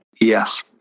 Yes